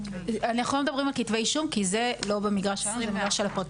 אנחנו לא מדברים על כתבי אישום כי זה לא במגרש --- של הפרקליטות.